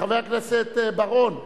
חבר הכנסת בר-און,